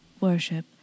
worship